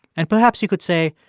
and perhaps you could say,